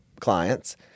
clients